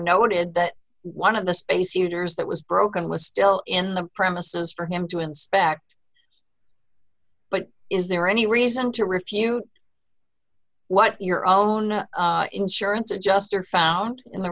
noted that one of the space heaters that was broken was still in the premises for him to inspect but is there any reason to refute what your own insurance adjuster found in the